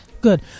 good